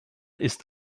ist